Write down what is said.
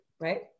right